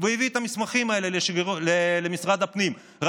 את המסמכים לכאן ונרשם במשרד הפנים,